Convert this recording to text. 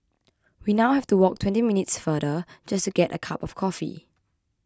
we now have to walk twenty minutes farther just get a cup of coffee